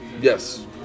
yes